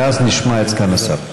ואז נשמע את סגן השר.